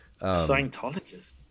Scientologist